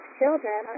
children